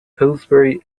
pillsbury